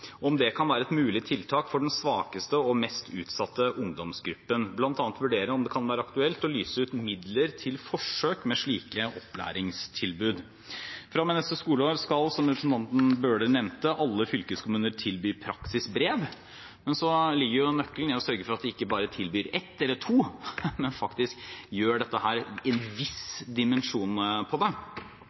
om det kan være et mulig tiltak for den svakeste og mest utsatte ungdomsgruppen, bl.a. vurdere om det kan være aktuelt å lyse ut midler til forsøk med slike opplæringstilbud. Fra og med neste skoleår skal, som representanten Bøhler nevnte, alle fylkeskommuner tilby praksisbrev, men så ligger jo nøkkelen i å sørge for at de ikke bare tilbyr ett eller to, men faktisk gjør dette i en viss dimensjon for å gi ungdom som trenger det,